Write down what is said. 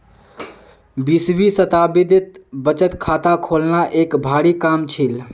बीसवीं शताब्दीत बचत खाता खोलना एक भारी काम छील